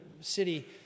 city